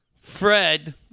Fred